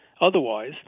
otherwise